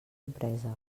empresa